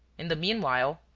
in the meanwhile,